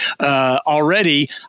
already